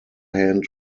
hand